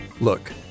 look